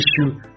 issue